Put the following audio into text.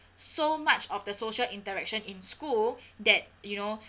so much of the social interaction in school that you know